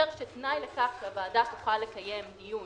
תנאי לכך הוא שהוועדה תוכל לקיים דיון